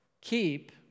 keep